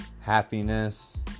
Happiness